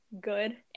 good